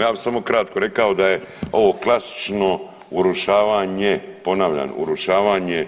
Ja bi samo kratko rekao da je ovo klasično urušavanje, ponavljam urušavanje